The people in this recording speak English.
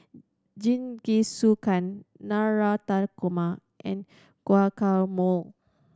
Jingisukan Navratan Korma and Guacamole